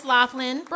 Laughlin